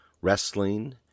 wrestling